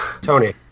tony